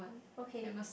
okay